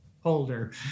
holder